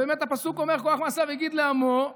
ובאמת הפסוק אומר "כח מעשיו הגיד לעמו";